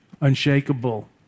unshakable